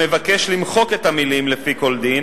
המבקש למחוק את המלים: "לפי כל דין".